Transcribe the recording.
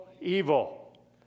evil